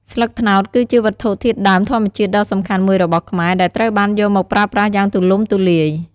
ស្លឹកត្នោតគឺជាវត្ថុធាតុដើមធម្មជាតិដ៏សំខាន់មួយរបស់ខ្មែរ ដែលត្រូវបានយកមកប្រើប្រាស់យ៉ាងទូលំទូលាយ។